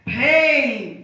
pain